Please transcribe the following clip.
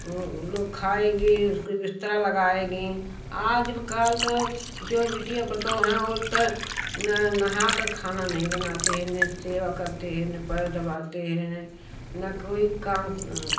वो लोग खाएगी उनका बिस्तर लगाएँगी आजकल का जो बिटिया पातो है वो तो नहा कर खाना नहीं बनाती है ना सेवा करती है ना ही पैर दबाती है ना ही कोई काम